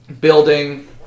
Building